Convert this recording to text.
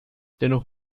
dennoch